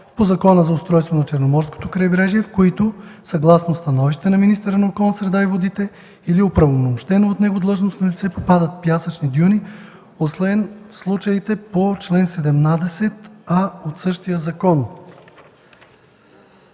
по Закона за устройството на Черноморското крайбрежие, в които, съгласно становище на министъра на околната среда и водите или оправомощено от него длъжностно лице, попадат пясъчни дюни, освен в случаите по чл. 17а от същия закон.”